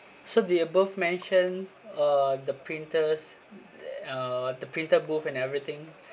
so the above mentioned uh the printers uh the printer booth and everything